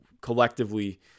collectively –